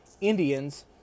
Indians